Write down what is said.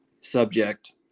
subject